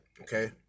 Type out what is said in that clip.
okay